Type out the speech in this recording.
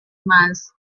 miles